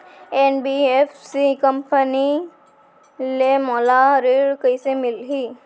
NBFC company ले मोला ऋण कइसे मिलही?